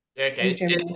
okay